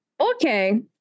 Okay